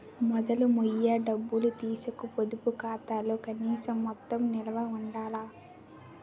మొదలు మొయ్య డబ్బులు తీసీకు పొదుపు ఖాతాలో కనీస మొత్తం నిలవ ఉండాల